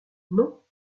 non